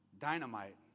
dynamite